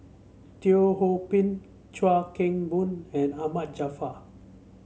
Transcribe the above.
Teo Ho Pin Chuan Keng Boon and Ahmad Jaafar